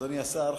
אדוני השר,